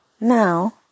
now